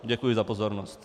Děkuji za pozornost.